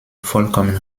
vollkommen